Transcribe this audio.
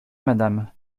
madame